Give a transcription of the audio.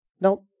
now